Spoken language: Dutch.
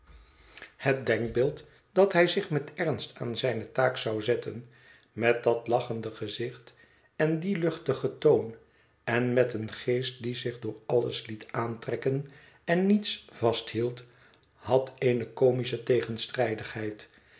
het denkbeeld dat hij zich met ernst aan zijne taak zou zetten met dat lachende gezicht en dien luchtigen toon en met een geest die zich door alles liet aantrekken en niets vasthield had eene comischetegenstrijdigheid